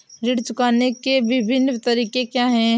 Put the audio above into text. ऋण चुकाने के विभिन्न तरीके क्या हैं?